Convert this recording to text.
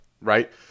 right